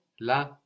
La